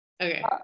Okay